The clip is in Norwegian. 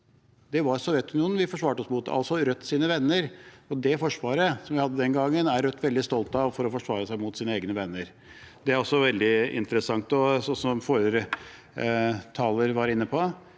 Det var Sovjetunionen vi forsvarte oss mot, altså Rødts venner, og det forsvaret vi hadde den gangen, er Rødt veldig stolt av, for å forsvare seg mot sine egne venner. Det er også veldig interessant. Som forrige taler var inne på: